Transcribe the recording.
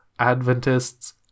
Adventists